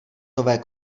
nové